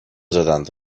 زدند